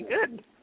Good